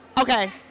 Okay